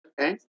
Okay